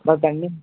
ப தண்ணி